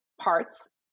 parts